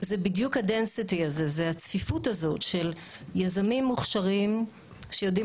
זה בדיוק הצפיפות הזאת של יזמים מוכשרים שיודעים